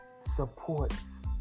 supports